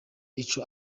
ico